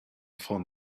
found